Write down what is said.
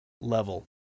level